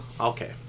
Okay